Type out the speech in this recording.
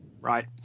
Right